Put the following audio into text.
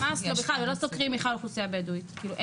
בכלל, לא סוקרים בכלל אוכלוסייה בדואית, זה